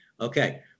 Okay